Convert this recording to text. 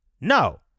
no